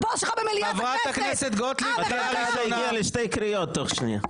מתן כהנא הגיע לשתי קריאות תוך שנייה.